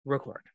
Record